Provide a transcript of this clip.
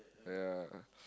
ya